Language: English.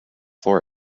floor